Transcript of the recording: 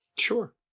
Sure